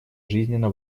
жизненно